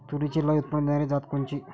तूरीची लई उत्पन्न देणारी जात कोनची?